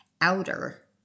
outer